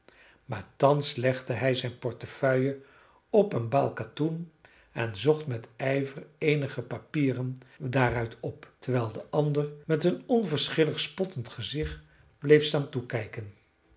maar thans legde hij zijn portefeuille op een baal katoen en zocht met ijver eenige papieren daaruit op terwijl de ander met een onverschillig spottend gezicht bleef staan toekijken